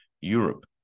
Europe